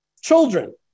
children